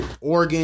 Oregon